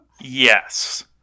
Yes